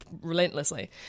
relentlessly